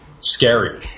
scary